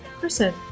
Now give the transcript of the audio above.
person